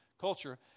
culture